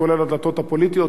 כולל הדלתות הפוליטיות,